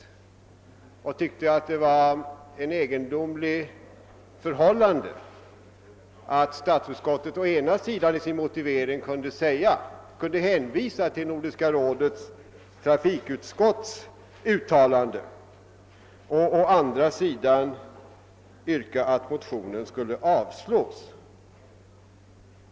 Hon tyckte att det var ett egendomligt förhållande att statsutskottet i sin motivering kunde å ena sidan hänvisa till Nordiska rådets trafikutskotts uttalande och å andra sidan yrka att motionen skulle avslås.